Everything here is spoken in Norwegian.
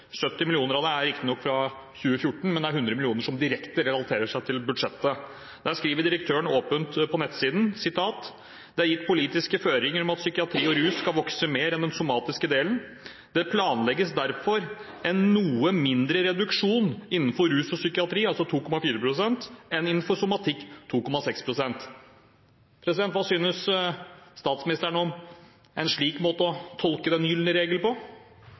70 mill. kr av det er riktignok fra 2014, men det er 100 mill. kr som direkte relaterer seg til budsjettet. Direktøren skriver åpent på nettsiden: «Det er gitt politiske føringer om at psykiatri og rus skal vokse mer enn den somatiske delen. Det planlegges derfor en noe mindre reduksjon innenfor rus og psykiatri enn innenfor somatikk Hva synes statsministeren om en slik måte å tolke den gylne regel på?